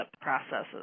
processes